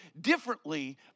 differently